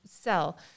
sell